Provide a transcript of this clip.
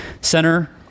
center